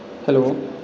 hello